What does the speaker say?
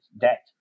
Debt